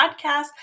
podcast